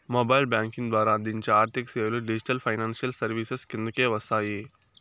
mobile banking ద్వారా అందించే ఆర్థిక సేవలు డిజిటల్ ఫైనాన్షియల్ సర్వీసెస్ కిందకే వస్తాయి